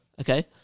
Okay